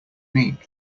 mean